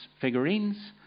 figurines